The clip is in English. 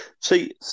See